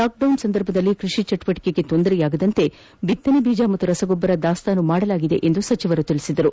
lockdown ಸಂದರ್ಭದಲ್ಲಿ ಕೃಷಿ ಚಟುವಟಿಕೆಗಳಿಗೆ ತೊಂದರೆಯಾಗದಂತೆ ಬಿತ್ತನೆ ಬೀಜ ಹಾಗೂ ರಸಗೊಬ್ಬರ ದಾಸ್ತಾನು ಮಾಡಲಾಗಿದೆ ಎಂದು ಸಚಿವರು ತಿಳಿಸಿದರು